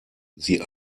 sie